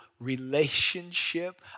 relationship